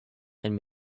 and